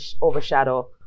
overshadow